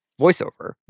voiceover